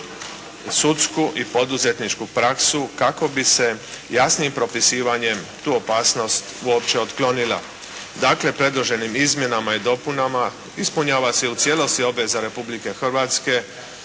sudsku i poduzetničku praksu kako bi se jasnijim propisivanjem tu opasnost uopće otklonila. Dakle, predloženim izmjenama i dopunama ispunjava se u cijelosti obveza Republike Hrvatske